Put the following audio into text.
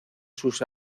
sus